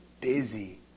busy